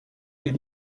est